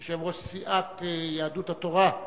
שהוא ראש סיעת יהדות התורה.